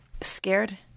scared